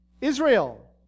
Israel